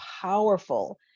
powerful